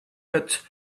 but